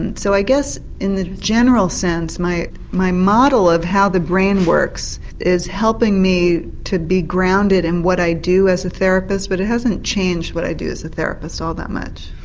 and so i guess in the general sense my my model of how the brain works is helping me to be grounded in and what i do as a therapist, but it hasn't changed what i do as a therapist all that much.